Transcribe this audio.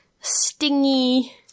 stingy